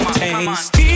taste